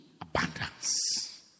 abundance